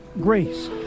grace